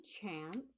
chance